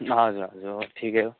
हजुर हजुर हो ठिकै हो